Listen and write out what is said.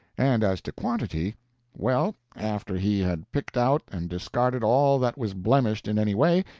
and as to quantity well, after he had picked out and discarded all that was blemished in any way,